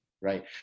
Right